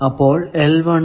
അപ്പോൾ എന്നത് 0 ആണ്